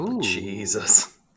Jesus